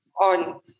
on